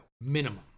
minimum